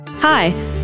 Hi